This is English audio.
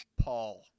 Paul